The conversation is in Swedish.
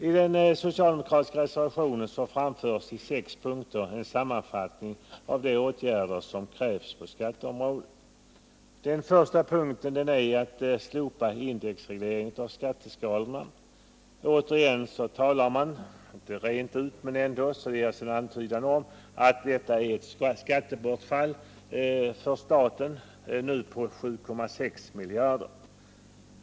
I den socialdemokratiska reservationen framförs i sex punkter en sammanfattning av de åtgärder som krävs på skatteområdet. Den första punkten är Slopande av indexregleringen av skatteskalorna. Återigen talar man om — visserligen säger man det inte rent ut, men man ger en antydan — att detta ger ett skattebortfall för staten, nu på 7,6 miljarder.